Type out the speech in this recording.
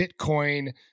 Bitcoin